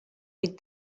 with